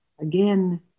again